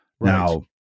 Now